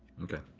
okay.